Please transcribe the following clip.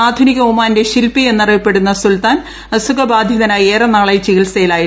ആധുനിക ഒമാന്റെ ശില്പി എന്നറിയപ്പെടുന്ന സുൽത്താൻ അസുഖബാധിതനായി ഏറെ നാളായി ചികിത്സയിലായിരുന്നു